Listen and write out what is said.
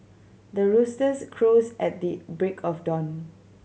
the roosters crows at the break of dawn